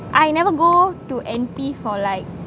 I never go to N_P for like